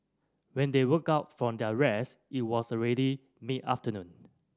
when they woke up from their rest it was already mid afternoon